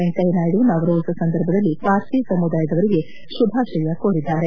ವೆಂಕಯ್ಕನಾಯ್ದ ನವರೋಜ್ ಸಂದರ್ಭದಲ್ಲಿ ಪಾರ್ಸಿ ಸಮುದಾಯದವರಿಗೆ ಶುಭಾಶಯ ಕೋರಿದ್ದಾರೆ